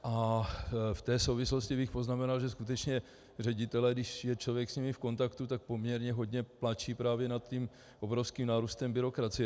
V té souvislosti bych poznamenal, že skutečně ředitelé, když je člověk s nimi v kontaktu, tak poměrně hodně pláčou právě nad tím obrovským nárůstem byrokracie.